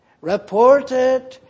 Reported